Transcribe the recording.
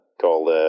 called